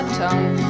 tongue